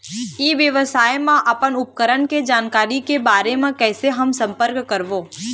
ई व्यवसाय मा अपन उपकरण के जानकारी के बारे मा कैसे हम संपर्क करवो?